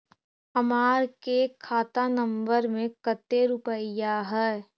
हमार के खाता नंबर में कते रूपैया है?